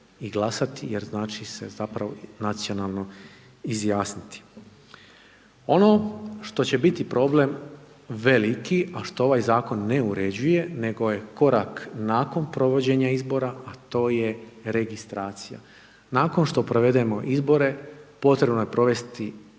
i glasati jer znači se zapravo nacionalno izjasniti. Ono što će biti problem veliki, a što ovaj zakon ne uređuje, nego je korak nakon provođenja izbora, a to je registracija. Nakon što provedemo izbore potrebno je provesti